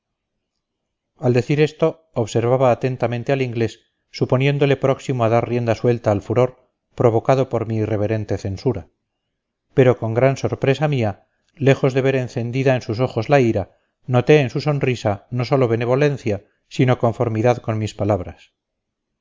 al decir esto observaba atentamente al inglés suponiéndole próximo a dar rienda suelta al furor provocado por mi irreverente censura pero con gran sorpresa mía lejos de ver encendida en sus ojos la ira noté en su sonrisa no sólo benevolencia sino conformidad con mis